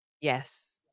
Yes